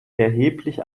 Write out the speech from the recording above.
erheblich